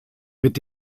mit